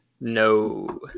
No